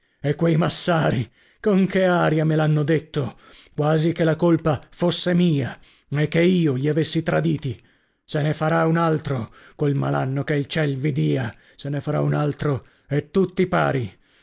e quei massari con che aria me l'hanno detto quasi che la colpa fosse mia e che io li avessi traditi se ne farà un altro col malanno che il ciel vi dia se ne farà un altro e tutti pari